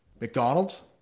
McDonald's